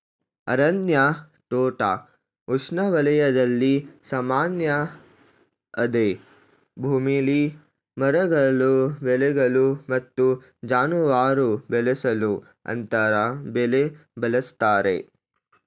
ಅರಣ್ಯ ತೋಟ ಉಷ್ಣವಲಯದಲ್ಲಿ ಸಾಮಾನ್ಯ ಅದೇ ಭೂಮಿಲಿ ಮರಗಳು ಬೆಳೆಗಳು ಮತ್ತು ಜಾನುವಾರು ಬೆಳೆಸಲು ಅಂತರ ಬೆಳೆ ಬಳಸ್ತರೆ